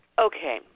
Okay